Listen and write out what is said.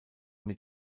mit